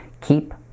Keep